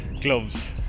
gloves